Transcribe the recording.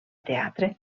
teatre